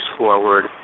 forward